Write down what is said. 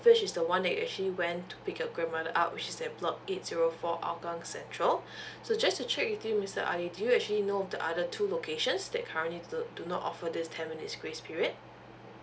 which is the one that you actually went to pick your grandmother up which is the block eight zero four hougang central so just to check with you mister ali do you actually know the other two locations that currently do do not offer this ten minutes grace period